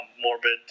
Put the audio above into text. morbid